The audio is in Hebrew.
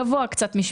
קצת גבוה מ-8,000.